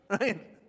right